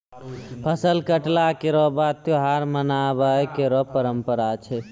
फसल कटला केरो बाद त्योहार मनाबय केरो परंपरा छै